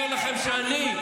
אני אומר לכם שאני,